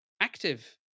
active